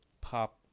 pop